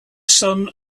son